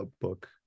book